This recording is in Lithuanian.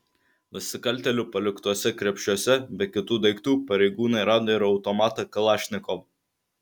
nusikaltėlių paliktuose krepšiuose be kitų daiktų pareigūnai rado ir automatą kalašnikov